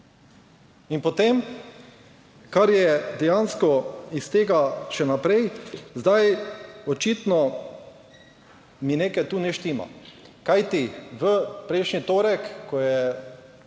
In potem, kar je dejansko iz tega še naprej, očitno mi nekaj tu ne štima, kajti v prejšnji torek, ko je